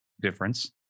difference